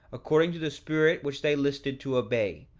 according to the spirit which they listed to obey,